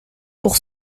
pour